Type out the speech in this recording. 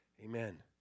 Amen